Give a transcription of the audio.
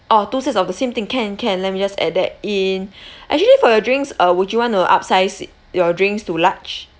orh two set of the same thing can can let me just add that in actually for your drinks uh would you want to upsize your drinks to large